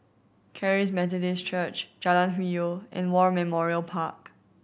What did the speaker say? Charis Methodist Church Jalan Hwi Yoh and War Memorial Park